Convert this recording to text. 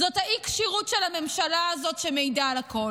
זאת האי-כשירות של הממשלה הזאת שמעידה על הכול.